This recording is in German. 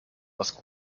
was